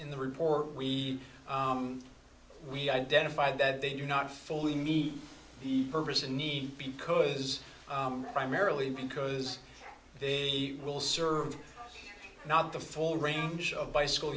in the report we we identified that they do not fully meet the purpose and need because primarily because they will serve not the full range of bicycle